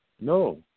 No